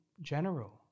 general